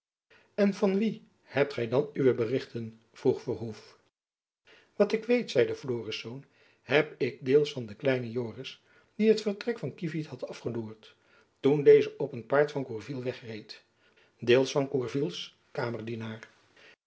en van wien hebt gy dan uwe berichten vroeg verhoef wat ik weet zeide florisz heb ik deels van den kleinen joris die t vertrek van kievit had afgeloerd toen deze op een paard van gourville wegreed deels van gourvilles